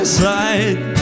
side